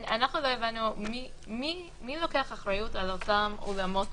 לא הבנו מי לוקח אחריות על אותם אולמות